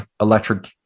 electric